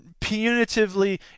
punitively